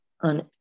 on